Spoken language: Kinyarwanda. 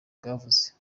bwavuze